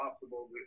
possible